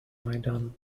maidan